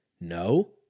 No